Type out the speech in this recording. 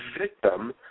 victim